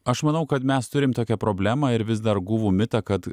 aš manau kad mes turim tokią problemą ir vis dar guvų mitą kad